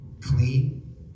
clean